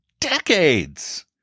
decades